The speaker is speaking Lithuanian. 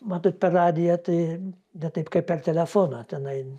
matot per radiją tai ne taip kaip per telefoną tenai